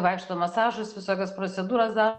vaikšto į masažus visokias procedūras daro